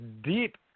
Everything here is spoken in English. deep